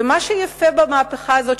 ומה שיפה במהפכה הזאת,